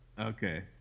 Okay